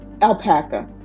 Alpaca